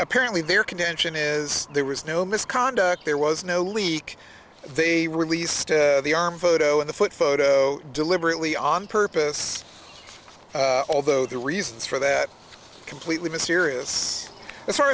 apparently their contention is there was no misconduct there was no leak they released the arm photo in the foot photo deliberately on purpose although the reasons for that completely mysterious as far